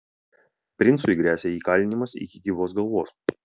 princui gresia įkalinimas iki gyvos galvos